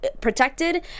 protected